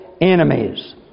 enemies